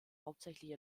hauptsächlich